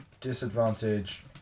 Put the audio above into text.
disadvantage